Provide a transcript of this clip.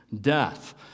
death